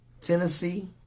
Tennessee